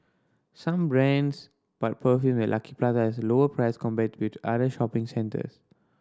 some brands but perfume at Lucky Plaza has lower price compared with other shopping centres